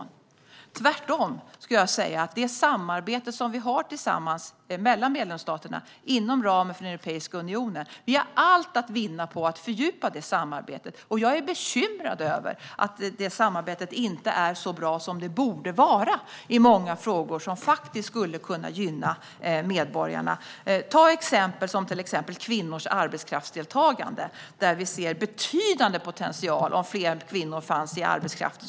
Vi har tvärtom allt att vinna på att fördjupa samarbetet mellan medlemsstaterna inom ramen för Europeiska unionen. Jag är bekymrad över att det samarbetet inte är så bra som det borde vara i många frågor som faktiskt skulle kunna gynna medborgarna. Ett exempel är kvinnors arbetskraftsdeltagande, där vi ser betydande potential om fler kvinnor fanns i arbetskraften.